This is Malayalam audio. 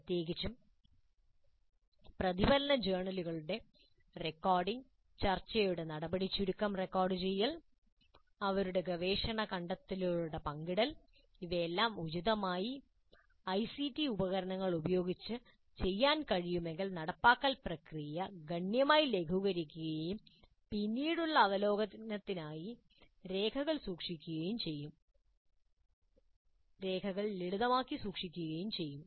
പ്രത്യേകിച്ചും പ്രതിഫലന ജേർണലുകളുടെ റെക്കോർഡിംഗ് ചർച്ചയുടെ നടപടിച്ചുരുക്കം റെക്കോർഡുചെയ്യൽ അവരുടെ ഗവേഷണ കണ്ടെത്തലുകൾ പങ്കിടൽ ഇവയെല്ലാം ഉചിതമായ ഐസിടി ഉപകരണങ്ങൾ ഉപയോഗിച്ച് ചെയ്യാൻ കഴിയുമെങ്കിൽ നടപ്പാക്കൽ പ്രക്രിയ ഗണ്യമായി ലഘൂകരിക്കുകയും പിന്നീടുള്ള അവലോകനത്തിനായി രേഖകൾ ലളിതമാക്കി സൂക്ഷിക്കുകയും ചെയ്യും